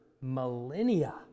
millennia